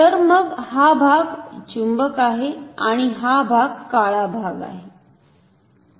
तर मग हा भाग चुंबक आहे आणि हा भाग काळा भाग आहे